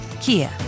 Kia